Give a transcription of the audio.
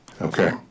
Okay